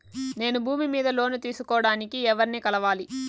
నేను భూమి మీద లోను తీసుకోడానికి ఎవర్ని కలవాలి?